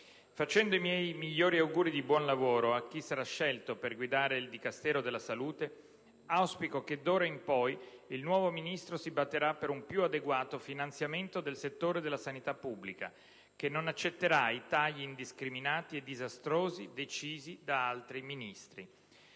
Facendo i miei migliori auguri di buon lavoro a chi sarà scelto per guidare il Dicastero della salute, auspico che d'ora in poi il nuovo Ministro si batterà per un più adeguato finanziamento del settore della sanità pubblica e non accetterà i tagli indiscriminati e disastrosi decisi da altri Ministri.